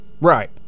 Right